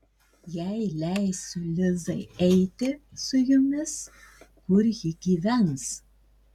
jei leisiu lizai eiti su jumis kur ji gyvens